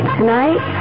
Tonight